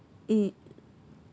eh